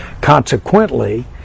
Consequently